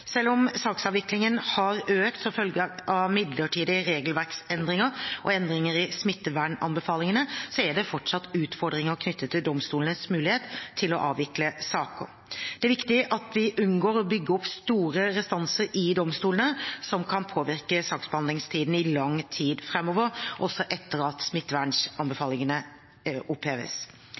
Selv om saksavviklingen har økt som følge av midlertidige regelverksendringer og endringer i smittevernanbefalingene, er det fortsatt utfordringer knyttet til domstolenes mulighet til å avvikle saker. Det er viktig at vi unngår å bygge opp store restanser i domstolene som kan påvirke saksbehandlingstiden i lang tid framover, også etter at smittevernanbefalingene oppheves.